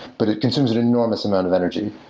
but it consumes an enormous amount of energy.